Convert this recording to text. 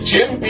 Jim